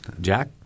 Jack